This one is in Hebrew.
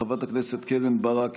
חברת הכנסת קרן ברק,